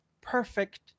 perfect